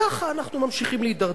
וככה אנחנו ממשיכים להידרדר.